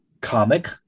comic